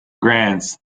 grants